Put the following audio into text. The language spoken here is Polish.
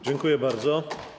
Dziękuję bardzo.